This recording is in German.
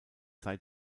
seit